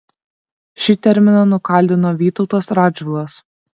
šį terminą nukaldino vytautas radžvilas